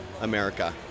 America